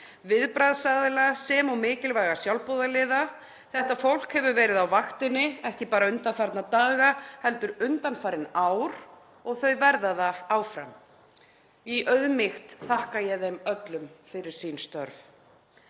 viðbragðsaðila sem og mikilvæga sjálfboðaliða. Þetta fólk hefur verið á vaktinni, ekki bara undanfarna daga heldur undanfarin ár og þau verða það áfram. Í auðmýkt þakka ég þeim öllum fyrir sín störf.